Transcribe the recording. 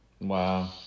Wow